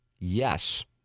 Yes